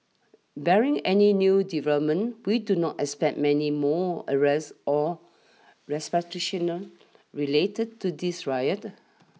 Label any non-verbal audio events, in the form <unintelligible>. barring any new developments we do not expect many more arrests or <unintelligible> related to this riot